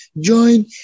Join